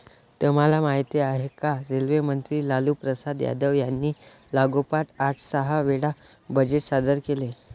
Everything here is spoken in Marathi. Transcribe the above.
तुम्हाला माहिती आहे का? रेल्वे मंत्री लालूप्रसाद यादव यांनी लागोपाठ आठ सहा वेळा बजेट सादर केले